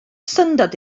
syndod